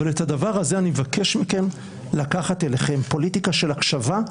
אבל את הדבר הזה אני מבקש מכם לקחת אליכם פוליטיקה של הקשבה.